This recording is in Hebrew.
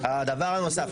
דבר נוסף,